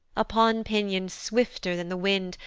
upon pinions swifter than the wind,